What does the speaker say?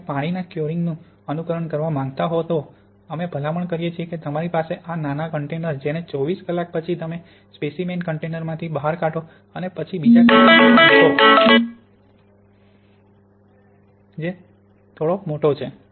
જો તમે પાણીના ક્યોરિંગ નું અનુકરણ કરવા માંગતા હો તો અમે ભલામણ કરીએ છીએ કે તમારી પાસે આ નાનો કન્ટેનર છે જેને 24 કલાક પછી તમે સ્પેસીમેનને કન્ટેનરમાંથી બહાર કાઢો અને પછી બીજા કન્ટેનર માં મૂકો જે થોડો મોટો છે